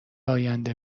آینده